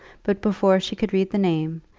but before she could read the name,